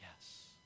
Yes